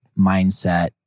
mindset